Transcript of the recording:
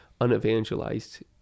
unevangelized